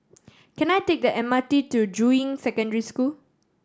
can I take the M R T to Juying Secondary School